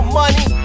money